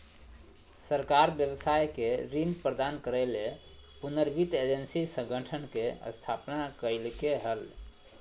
सरकार व्यवसाय के ऋण प्रदान करय ले पुनर्वित्त एजेंसी संगठन के स्थापना कइलके हल